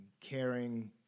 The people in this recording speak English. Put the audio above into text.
caring